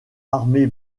armée